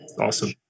awesome